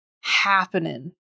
happening